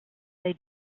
they